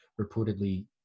reportedly